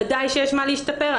ודאי שיש מה להשתפר.